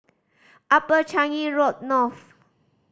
Upper Changi Road North